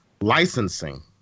licensing